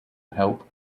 help